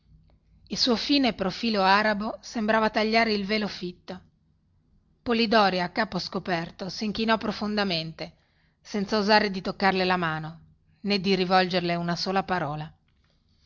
il suo fine profilo arabo sembrava tagliare il velo fitto polidori a capo scoperto si inchinò profondamente senza osare di toccarle la mano nè di rivolgerle una sola parola